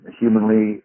humanly